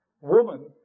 woman